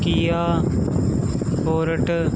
ਕੀਆ ਬੋਰਟ